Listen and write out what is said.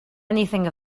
anything